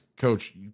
coach